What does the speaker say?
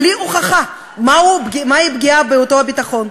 בלי הוכחה מהי פגיעה בביטחון.